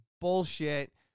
bullshit